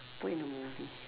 put in the movie